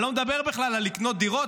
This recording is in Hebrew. אני לא מדבר בכלל על לקנות דירות,